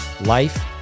Life